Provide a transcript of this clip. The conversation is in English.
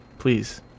Please